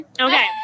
Okay